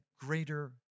greater